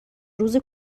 روز